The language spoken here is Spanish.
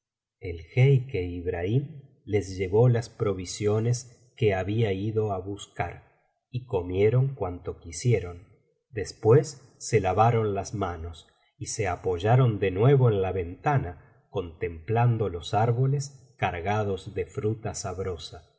el jeique ibraliim les llevó las provisiones que biblioteca valenciana generalitat valenciana historia de dulce amiga había ido á buscar y comieron cuanto quisieron después se lavaron las manos y se apoyaron de nuevo en la ventana contemplando los árboles cargados de fruta sabrosa